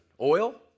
Oil